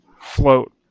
float